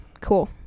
cool